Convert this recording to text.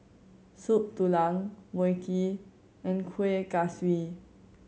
Soup Tulang Mui Kee and Kueh Kaswi